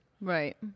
Right